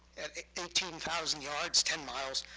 at eighteen thousand yards, ten miles,